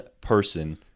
person